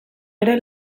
ere